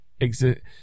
exit